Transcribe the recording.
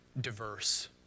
diverse